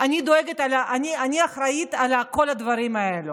אני אחראית לכל הדברים האלה.